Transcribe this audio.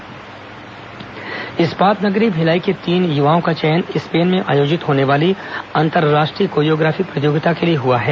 choreography इस्पात नगरी भिलाई के तीन युवाओं का चयन स्पेन में आयोजित होने वाली अंतर्राष्ट्रीय कोरियोग्राफी प्रतियोगिता के लिए हुआ है